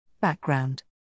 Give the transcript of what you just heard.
background